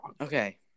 okay